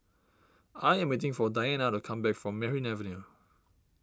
I am waiting for Dianna to come back from Merryn Avenue